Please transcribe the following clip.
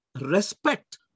respect